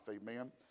amen